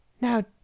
Now